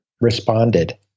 responded